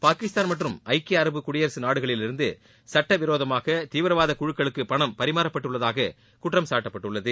பாகிஸ்தான் மற்றும் ஐக்கிய அரபு குடியரசுநாடுகளிலிருந்துசுட்டவிரோதமாகதீவரவாதக்குழுக்களுக்குபணம் பரிமாற்றப்பட்டுள்ளதாககுற்றம் சாட்டப்பட்டுள்ளது